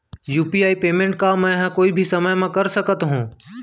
UPI payment का मैं ह कोई भी समय म कर सकत हो?